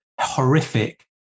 horrific